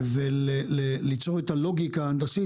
וליצור את הלוגיקה ההנדסית,